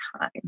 time